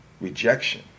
rejection